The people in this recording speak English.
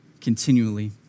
continually